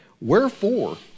Wherefore